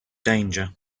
danger